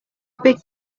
big